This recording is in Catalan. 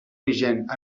vigent